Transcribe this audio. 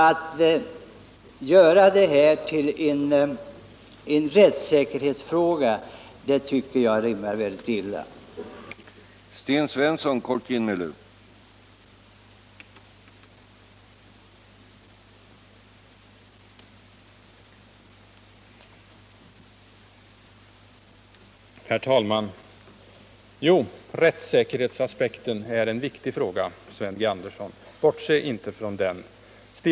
Att göra detta ärende till en rättssäkerhetsfråga tycker jag mot denna bakgrund rimmar väldigt illa med de verkliga förhållandena.